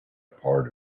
part